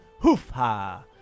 Hoof-ha